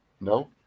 No